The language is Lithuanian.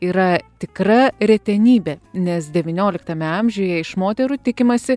yra tikra retenybė nes devynioliktame amžiuje iš moterų tikimasi